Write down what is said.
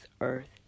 earth